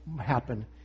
happen